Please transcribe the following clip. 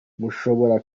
mushobora